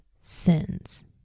sins